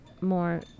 more